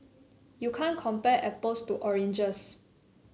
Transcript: you can't compare apples to oranges